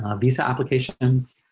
um visa applications.